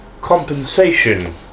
compensation